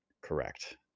correct